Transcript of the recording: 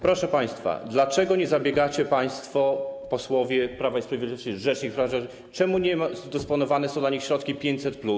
Proszę państwa, dlaczego nie zabiegacie państwo posłowie Prawa i Sprawiedliwości, rzecznik praw dziecka o to, czemu nie dysponowane są dla nich środki 500+.